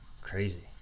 crazy